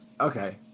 Okay